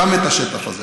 גם את השטח הזה.